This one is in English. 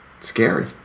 scary